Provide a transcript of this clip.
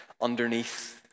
underneath